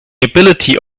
ability